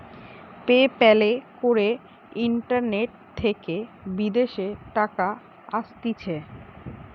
pay প্যালে করে internet থেকে বিদেশের টাকা আসতিছে